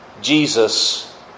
Jesus